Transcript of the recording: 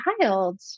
child